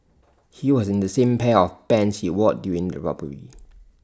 he was in the same pair of pants he wore during the robbery